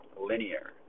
linear